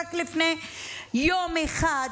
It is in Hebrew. רק לפני יום אחד,